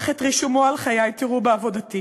אך את רישומו על חיי תראו בעבודתי,